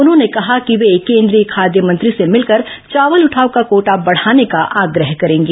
उन्होंने कहा कि वे केन्द्रीय खाद्य मंत्री से मिलकर चावल उठाव का कोटा बढ़ाने का आग्रह करेंगे